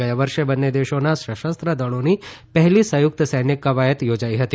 ગયા વર્ષે બંને દેશોના સશસ્ત્ર દળોની પહેલી સંયુકત સૈન્ય કવાયત યોજાઇ હતી